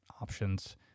options